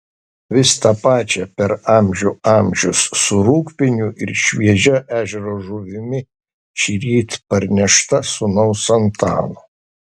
vis tą pačią per amžių amžius su rūgpieniu ir šviežia ežero žuvimi šįryt parnešta sūnaus antano